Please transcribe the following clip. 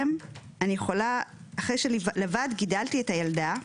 אני יכולה אחרי שלבד גידלתי את הילדה,